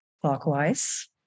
clockwise